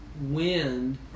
wind